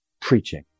preaching